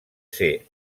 ser